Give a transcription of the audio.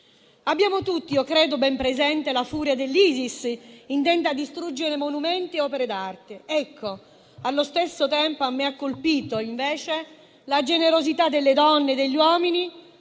Abbiamo tutti, io credo, ben presente la furia dell'ISIS, intenta a distruggere monumenti e opere d'arte; allo stesso tempo mi ha colpito, invece, la generosità delle donne e degli uomini